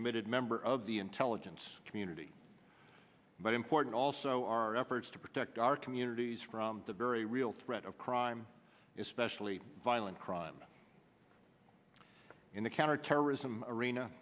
committed member of the intel of it's community but important also our efforts to protect our communities from the very real threat of crime especially violent crime in the counterterrorism arena